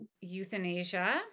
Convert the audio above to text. Euthanasia